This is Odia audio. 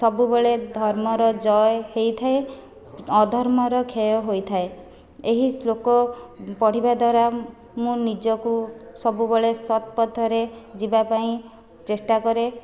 ସବୁବେଳେ ଧର୍ମର ଜୟ ହୋଇଥାଏ ଅଧର୍ମର କ୍ଷୟ ହୋଇଥାଏ ଏହି ଶ୍ଳୋକ ପଢ଼ିବା ଦ୍ୱାରା ମୁଁ ନିଜକୁ ସବୁବେଳେ ସତ୍ ପଥରେ ଯିବା ପାଇଁ ଚେଷ୍ଟା କରେ